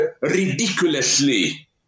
ridiculously